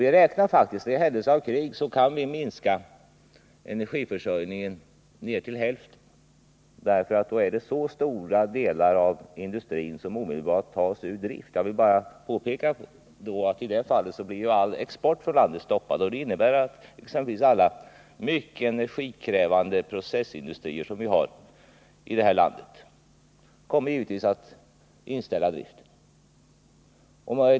Vi räknar med att i händelse av krig kunna minska energiförsörjningen ner till hälften därför att stora delar av industrin då omedelbart skulle tas ur drift. Jag vill påpeka att i det fallet också all export blir stoppad, vilket skulle innebära att mycket energikrävande processindustrier givetvis skulle komma att inställa driften.